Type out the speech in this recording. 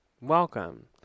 Welcome